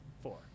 Four